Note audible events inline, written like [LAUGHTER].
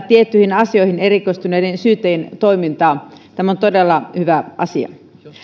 [UNINTELLIGIBLE] tiettyihin asioihin erikoistuneiden syyttäjien toimintaa tämä on todella hyvä asia